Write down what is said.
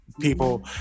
people